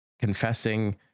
confessing